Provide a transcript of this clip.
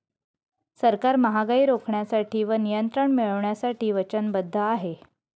सरकार महागाई रोखण्यासाठी व नियंत्रण मिळवण्यासाठी वचनबद्ध आहे